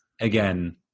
Again